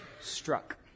struck